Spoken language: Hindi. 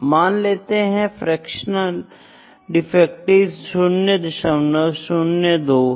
मान लेते है फ्रॅक्शन डिफेक्टिव 002 है